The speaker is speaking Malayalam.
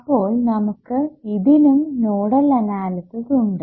അപ്പോൾ നമുക്ക് ഇതിനും നോഡൽ അനാലിസിസ് ഉണ്ട്